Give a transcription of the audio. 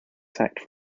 sacked